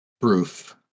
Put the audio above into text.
proof